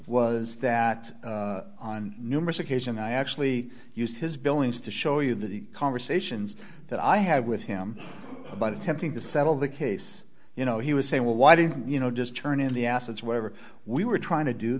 was that on numerous occasions i actually used his billings to show you that the conversations that i had with him about attempting to settle the case you know he was saying well why didn't you know just turn in the assets whatever we were trying to do